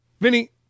Vinny